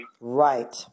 Right